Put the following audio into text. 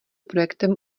projektem